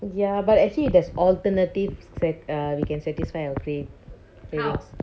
ya but actually there's alternatives that err we can satisfy our crav~ craving